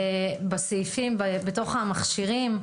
בסעיפים בתוך המכשירים,